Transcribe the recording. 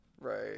Right